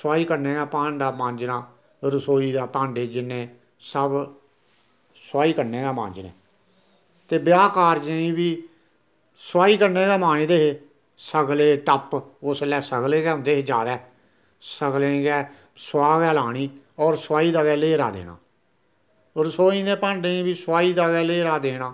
सुआही कन्नै गै भांडा मांझना रसोई दे भांडे जिन्ने सब सुआही कन्नेै गै मांजने ते ब्याह कारजें च बी सुआही मांजदे हे सगले टप उसलै सगले गै होंदे हे ज्यादा सगलें गी गै सुआह् गै लानी और सुआही दा गै ल्हेरा देना रसोई दे भांडें गी बी सुहाही दा ल्हेरा देना